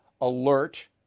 alert